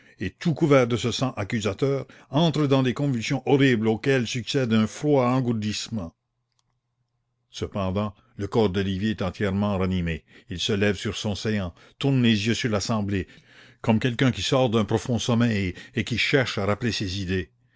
et tout couverts de ce sang accusateur entrent dans des convulsions horribles auxquelles succèdent un froid engourdissement cependant le corps d'olivier est entièrement ranimé il se lève sur son séant tourne les yeux sur l'assemblée comme quelqu'un qui sort d'un profond sommeil et qui cherche à rappeler ses idées